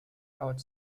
out